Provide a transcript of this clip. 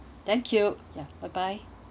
thank you ya bye bye